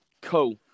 Cool